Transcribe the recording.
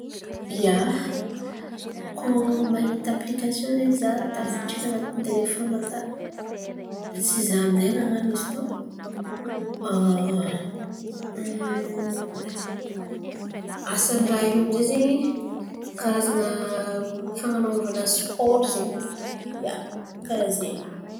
Ia, kô mahita aplikason edy za tafidriky naka tsy za amy izay nan̈ano izy tô. Ndrô io amy izay zen̈y karan̈a fan̈anôvan̈a siporo zen̈y, ia, karà zen̈y.